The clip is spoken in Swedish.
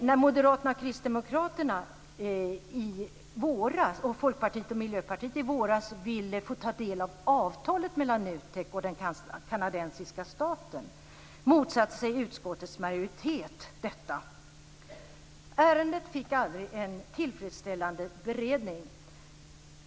När Moderaterna, Kristdemokraterna, Folkpartiet och Miljöpartiet i våras ville få ta del av avtalet mellan NUTEK och den kanadensiska staten motsatte sig utskottets majoritet detta. Ärendet fick aldrig en tillfredsställande beredning.